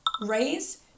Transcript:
raise